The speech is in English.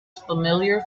familiar